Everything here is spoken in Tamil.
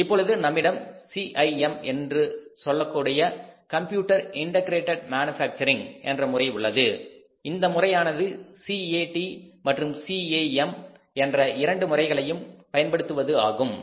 இப்பொழுது நம்மிடம் சிஐஎம் என்று சொல்லக்கூடிய கம்ப்யூட்டர் இன்டெகிரேடட் மேனுஃபாக்சரிங் என்ற முறை உள்ளது இந்த முறையானது சிஏடி மற்றும் சிஏஎம் என்ற 2 முறைகளையும் பயன்படுத்துவது ஆகும்